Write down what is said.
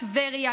טבריה,